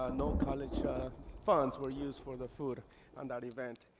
ah no college funds were used for the food on that event.